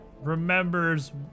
remembers